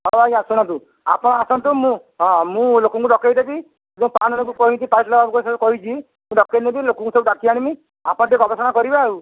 ହଁ ଆଜ୍ଞା ଶୁଣନ୍ତୁ ଆପଣ ଆସନ୍ତୁ ମୁଁ ହଁ ମୁଁ ଲୋକଙ୍କୁ ଡକେଇ ଦେବି ମୁଁ ଜଣଙ୍କୁ କହି ପାଞ୍ଚଶହ ଟଙ୍କା କହିଛି ମୁଁ ଡକେଇ ଦେବି ଲୋକଙ୍କୁ ଡାକି ଆଣିବି ଆପଣ ଟିକେ ଗବେଷଣା କରିବେ ଆଉ